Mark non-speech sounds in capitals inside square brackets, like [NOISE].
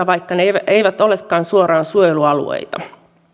[UNINTELLIGIBLE] vaikka ne eivät eivät olekaan suoraan suojelualueita